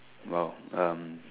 !wow! um